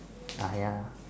ah ya